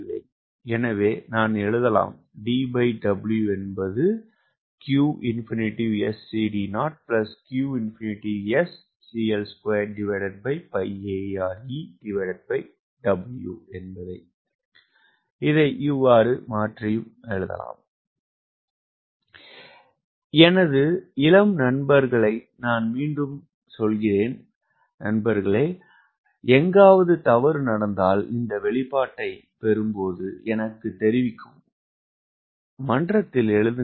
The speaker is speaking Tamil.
எனவே நான் எழுதலாம் எனது இளம் நண்பர்களை நான் மீண்டும் சொல்கிறேன் எங்காவது தவறு நடந்தால் இந்த வெளிப்பாட்டைப் பெறும்போது எனக்குத் தெரிவிக்கவும் மன்றத்தில் எழுதுங்கள்